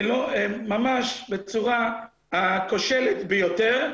ממש בצורה הכושלת ביותר.